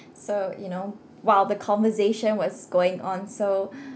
so you know while the conversation was going on so